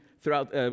throughout